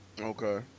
Okay